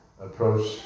approach